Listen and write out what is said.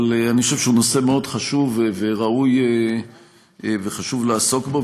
אבל אני חושב שהוא נושא מאוד חשוב וראוי וחשוב לעסוק בו.